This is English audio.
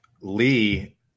Lee